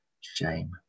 shame